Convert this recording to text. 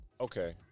Okay